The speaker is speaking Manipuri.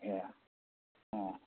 ꯑꯦ ꯑꯣ